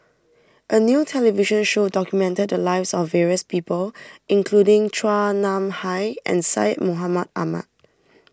a new television show documented the lives of various people including Chua Nam Hai and Syed Mohamed Ahmed